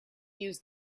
use